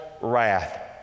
wrath